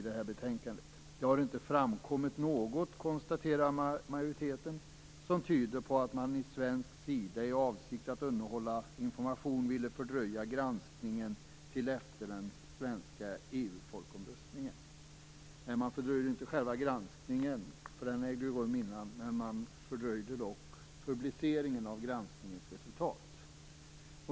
Majoriteten konstaterar: "Det har inte framkommit något som tyder på att man från svensk sida i avsikt att undanhålla information ville fördröja granskningen till efter den svenska EU-folkomröstningen." Nej, man fördröjde inte själva granskningen, därför att den ägde rum före, men man fördröjde dock publiceringen av granskningens resultat.